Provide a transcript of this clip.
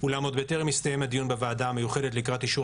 אולם עוד בטרם הסתיים הדיון בוועדה המיוחדת לקראת אישור